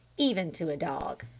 even to a dog!